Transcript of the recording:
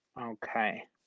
Okay